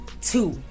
two